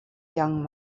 young